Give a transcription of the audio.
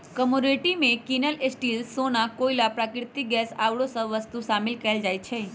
commodity में nickel, steel,, सोना, कोइला, प्राकृतिक गैस आउरो वस्तु शामिल कयल जाइ छइ